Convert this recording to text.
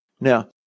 Now